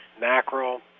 mackerel